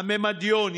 המימדיון,